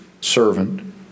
servant